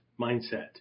mindset